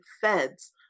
Feds